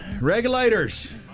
Regulators